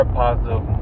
positive